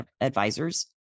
advisors